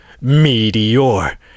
Meteor